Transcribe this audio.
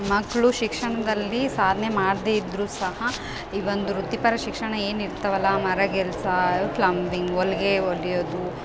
ಮಕ್ಕಳು ಶಿಕ್ಷಣದಲ್ಲಿ ಸಾಧನೆ ಮಾಡದೇ ಇದ್ದರೂ ಸಹ ಈ ಒಂದು ವೃತ್ತಿಪರ ಶಿಕ್ಷಣ ಏನಿರ್ತವಲ್ಲ ಮರಗೆಲಸ ಪ್ಲಮ್ಬಿಂಗ್ ಹೊಲ್ಗೆ ಹೊಲಿಯೋದು